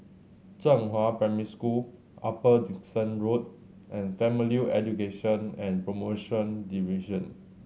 Zhenghua Primary School Upper Dickson Road and Family Education and Promotion Division